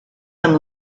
some